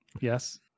yes